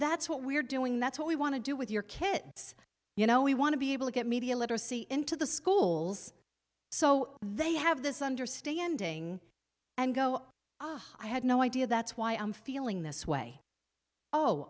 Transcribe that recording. that's what we're doing that's what we want to do with your kids you know we want to be able to get media literacy into the schools so they have this understanding and go i had no idea that's why i'm feeling this way oh